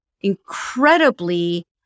incredibly